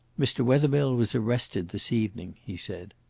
mr. wethermill was arrested this evening, he said.